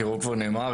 כי הרוב כבר נאמר,